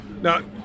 Now